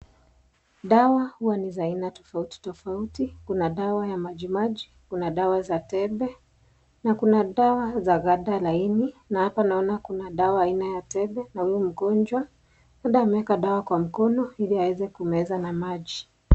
Dawa huwa ni za aina tofauti tofauti kuna dawa ya maji maji, kuna dawa za tembe na kuna dawa za labda laini na hapa naona kuna dawa aina ya tembe na huyu mgonjwa labda ameweka dawa kwa mkono ili aweze kumeza na maji.